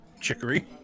chicory